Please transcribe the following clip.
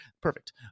Perfect